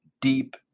deep